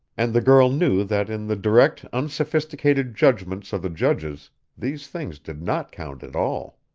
and the girl knew that in the direct, unsophisticated judgments of the judges these things did not count at all.